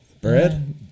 Bread